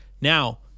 Now